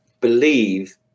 believe